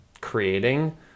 creating